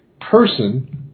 person